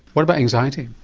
what about anxiety?